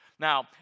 Now